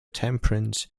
temperance